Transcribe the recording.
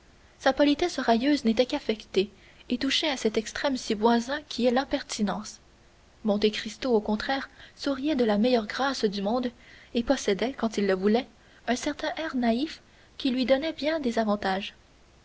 sa politesse railleuse n'était qu'affectée et touchait à cet extrême si voisin qui est l'impertinence monte cristo au contraire souriait de la meilleure grâce du monde et possédait quand il le voulait un certain air naïf qui lui donnait bien des avantages